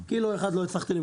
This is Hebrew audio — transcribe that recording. קילו אחד לא הצלחתי למכור.